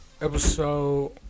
Episode